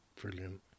Brilliant